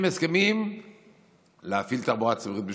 הסכמים להפעיל תחבורה ציבורית בשבת,